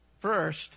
First